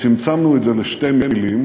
וצמצמנו את זה לשתי מילים